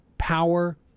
Power